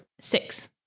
Six